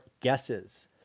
guesses